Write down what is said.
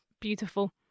beautiful